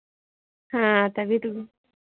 हाँ तभी तो